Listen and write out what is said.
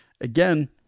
again